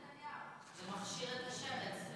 שנאת נתניהו, זה מכשיר את השרץ.